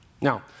Now